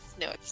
No